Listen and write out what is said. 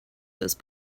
those